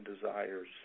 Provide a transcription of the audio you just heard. desires